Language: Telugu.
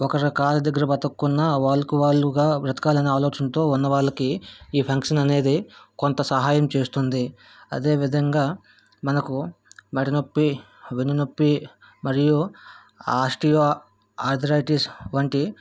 ఒకరి కాళ్ళ దగ్గర బ్రతుక కుండా వాళ్ళకు వాళ్ళుగా బ్రతకాలనే ఆలోచనతో ఉన్నవాళ్ళకి ఈ పెన్షన్ అనేది కొంత సహాయం చేస్తుంది అదే విధంగా మనకు మెడ నొప్పి వెన్ను నొప్పి మరియు ఆస్టియో ఆర్థరైటిస్ వంటి